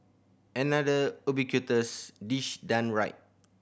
another ubiquitous dish done right